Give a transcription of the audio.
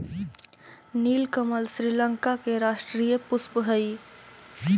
नीलकमल श्रीलंका के राष्ट्रीय पुष्प हइ